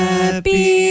Happy